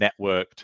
networked